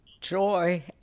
joy